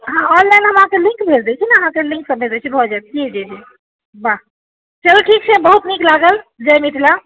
हँ ऑनलाइन हम अहाँके लिंक भेज दैत छी अहाँके लिंकसभ भेज दैत छी भऽ जायत जी जी वाह चलू ठीक छै बहुत नीक लागल जय मिथिला